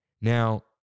Now